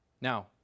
Now